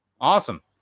Awesome